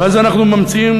ואז אנחנו ממציאים,